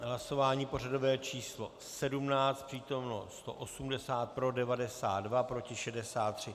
V hlasování pořadové číslo 17 přítomno 180, pro 92, proti 63.